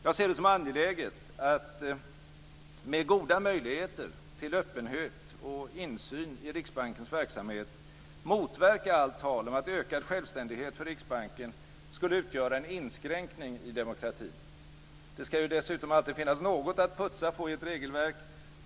Jag ser det som angeläget att med goda möjligheter till öppenhet och insyn i Riksbankens verksamhet motverka allt tal om att ökad självständighet för Riksbanken skulle utgöra en inskränkning i demokratin. Det skall ju dessutom alltid finnas något att putsa på i ett regelverk.